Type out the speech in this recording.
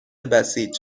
بسیج